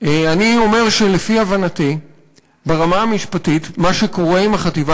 אני אומר שלפי הבנתי ברמה המשפטית מה שקורה עם החטיבה